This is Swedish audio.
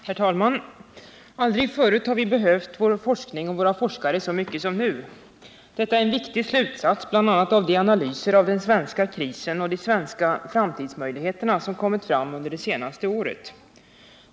Herr talman! Aldrig förut har vi behövt vår forskning och våra forskare så mycket som nu. Detta är en viktig slutsats bl.a. av de analyser av den svenska krisen och de svenska framtidsmöjligheterna som kommit fram under det senaste året.